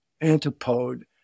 antipode